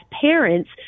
parents